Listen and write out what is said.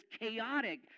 chaotic